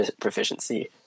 proficiency